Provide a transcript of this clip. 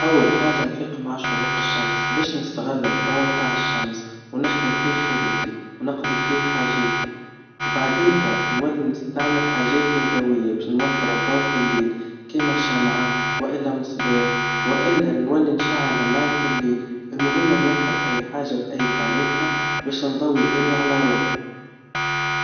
أول حاجا نفيق مع شروق الشمس باش نستغل الضو متاع الشمس, ونخدم فيه خدمتي, ونقضي فيه حاجاتي, بعد هيك نولي نستعمل حاجات يدويا باش نوفر الضو في الليل, كيما شمعا وإلا مصباح, وإلا نولي نشعل النار في الليل, المهم نوفر أي حاجا بأي طريقا, باش نضوي الدنيا على روحي.